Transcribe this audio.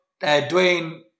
Dwayne